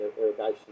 irrigation